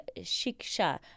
Shiksha